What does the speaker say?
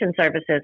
services